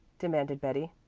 demanded betty.